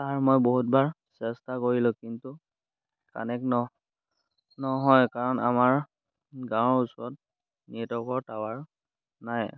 sir মই বহুত বাৰ চেষ্টা কৰিলোঁ কিন্তু কানেক্ট নহয় কাৰণ আমাৰ গাঁৱৰ ওচৰত নেটৱৰ্কৰ টাৱাৰ নাই